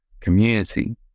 community